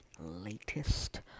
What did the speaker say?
latest